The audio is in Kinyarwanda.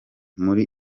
muri